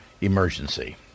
emergency